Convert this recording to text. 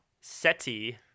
Seti